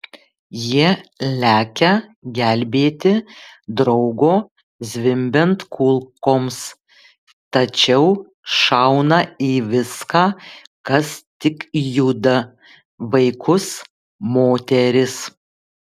jie lekia gelbėti draugo zvimbiant kulkoms tačiau šauna į viską kas tik juda vaikus moteris